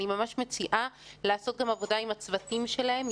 אני ממש מציעה לעשות עבודה עם הצוותים שלהם.